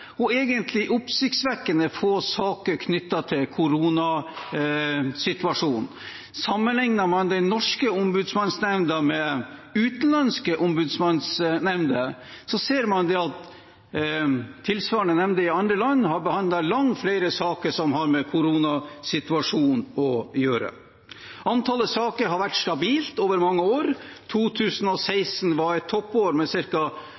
og egentlig oppsiktsvekkende få saker knyttet til koronasituasjonen. Sammenligner man den norske ombudsmannsnemnda med utenlandske ombudsmannsnemnder, ser man at tilsvarende nemnder i andre land har behandlet langt flere saker som har med koronasituasjonen å gjøre. Antallet saker har vært stabilt over mange år. 2016 var et toppår, med